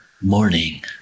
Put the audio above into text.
morning